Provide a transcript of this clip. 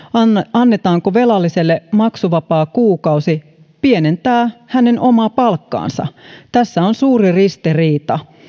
annetaanko velalliselle maksuvapaa kuukausi pienentää hänen omaa palkkaansa tässä on suuri ristiriita